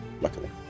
luckily